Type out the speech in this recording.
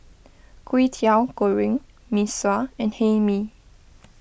Kwetiau Goreng Mee Sua and Hae Mee